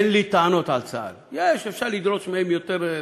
אין לי טענות על צה"ל, יש, אפשר לדרוש מהם יותר.